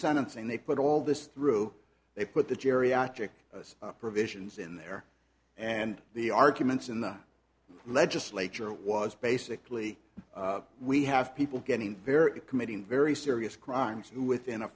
sentencing they put all this through they put the geriatric provisions in there and the arguments in the legislature was basically we have people getting their committing very serious crimes within a